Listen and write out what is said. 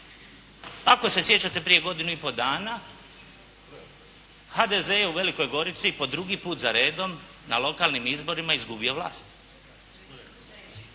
Ako se sjećate prije godinu i pol dana HDZ je u Velikoj Gorici po drugi put za redom na lokalnim izborima izgubio vlast.